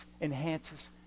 enhances